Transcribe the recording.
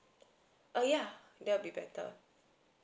err ya that'll be better